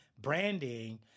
branding